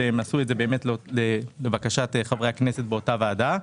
שעשו את זה לבקשת חברי הכנסת באותה הוועדה.